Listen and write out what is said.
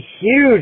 huge